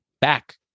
back